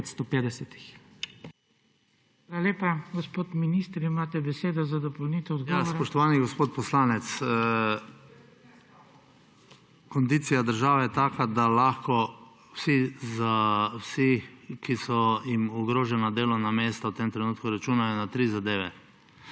vsi, ki so jim ogrožena delovna mesta, v tem trenutku računajo na tri zadeve.